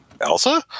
Elsa